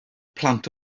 plant